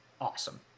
awesome